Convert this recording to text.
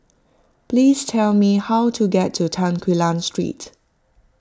please tell me how to get to Tan Quee Lan Street